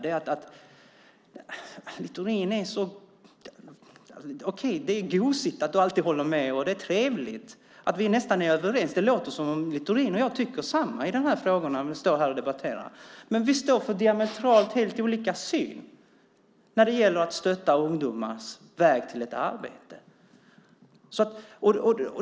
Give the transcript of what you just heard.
Det är gosigt att Littorin alltid håller med, och det är trevligt att vi nästan är överens. Det låter som om Littorin och jag tycker samma sak i de här frågorna när vi står här och debatterar. Men vi står för diametralt olika synsätt när det gäller att stötta ungdomar på vägen till ett arbete.